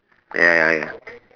ya ya ya